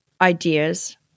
ideas